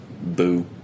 Boo